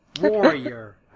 Warrior